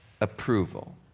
approval